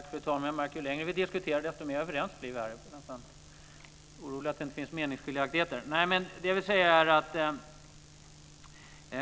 Fru talman! Jag märker att ju längre vi diskuterar desto mer överens blir vi. Jag blir nästan orolig över att det inte finns meningsskiljaktigheter. Svaret är: